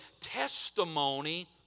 testimony